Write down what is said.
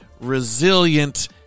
resilient